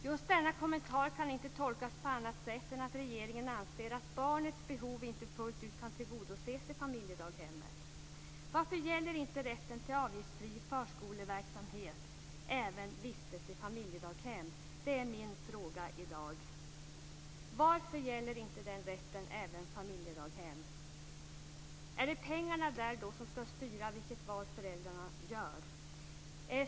Just denna kommentar kan inte tolkas på annat sätt än att regeringen anser att barnets behov inte fullt ut kan tillgodoses i familjedaghemmet. Varför gäller inte rätten till avgiftsfri förskoleverksamhet även vistelse i familjedaghem? Det är min fråga i dag. Är det pengarna som ska styra vilket val föräldrarna gör?